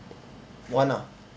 one ah